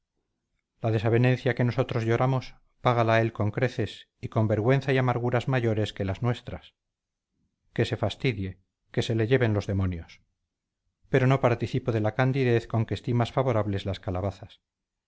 merecíamos la desavenencia que nosotros lloramos págala él con creces y con vergüenza y amarguras mayores que las nuestras que se fastidie que se le lleven los demonios pero no participo de la candidez con que estimas favorables las calabazas